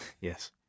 Yes